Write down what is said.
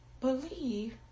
believe